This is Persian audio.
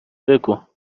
بگو